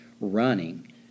running